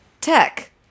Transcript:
Tech